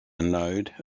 node